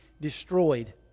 destroyed